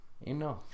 Enough